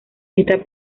esta